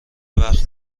وقت